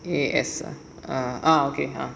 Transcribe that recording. A_S ah okay ah